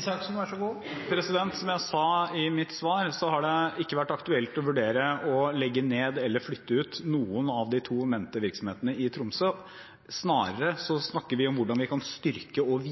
Som jeg sa i mitt svar, har det ikke vært aktuelt å vurdere å legge ned eller flytte ut noen av de to nevnte virksomhetene i Tromsø, snarere snakker vi om hvordan vi kan styrke og